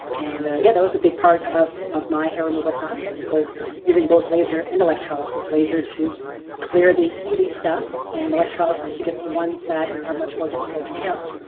and yeah that was a big part of of my hair removal process was using both laser and electrolysis laser to clear the easy stuff and electrolysis to get the ones that are much more difficult to kill.